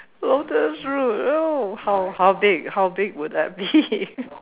lotus root oh how how big how big would that be